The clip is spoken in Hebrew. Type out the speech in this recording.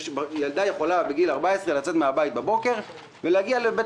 שילדה בת 14 יכולה לצאת מהבית בבוקר ולהגיע לבית